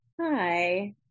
hi